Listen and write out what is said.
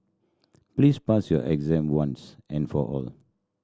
please pass your exam once and for all